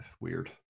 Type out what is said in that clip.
weird